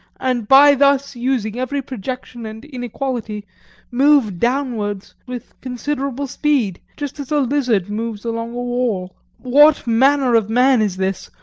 and by thus using every projection and inequality move downwards with considerable speed, just as a lizard moves along a wall. what manner of man is this,